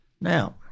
Now